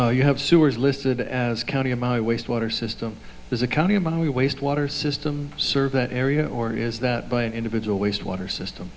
you have sewers listed as county of my waste water system is a county we waste water systems serve that area or is that by an individual waste water system